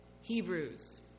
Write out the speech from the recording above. Hebrews